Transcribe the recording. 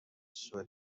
سوء